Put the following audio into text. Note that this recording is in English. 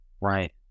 right